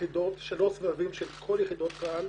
יחידות בשלושה סבבים של כל יחידות צה"ל.